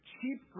Cheap